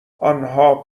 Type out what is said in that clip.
آنها